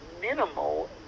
minimal